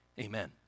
amen